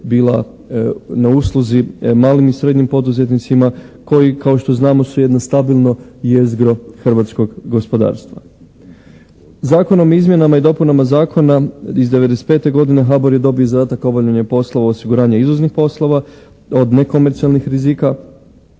bila na usluzi malim i srednjim poduzetnicima koji kao što znamo su jedno stabilno jezgro hrvatskog gospodarstva. Zakonom o izmjenama i dopunama zakona iz 1995. godine HBOR je dobio zadatak obavljanja poslova osiguranja izvoznih poslova od nekomercijalnih rizika